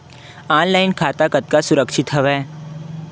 Online खाता कतका सुरक्षित हवय?